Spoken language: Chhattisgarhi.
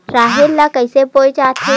राहेर ल कइसे बोय जाथे?